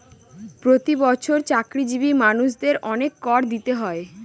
প্রতি বছর চাকরিজীবী মানুষদের অনেক কর দিতে হয়